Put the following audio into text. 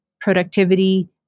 productivity